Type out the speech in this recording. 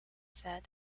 said